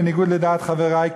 בניגוד לדעת חברי,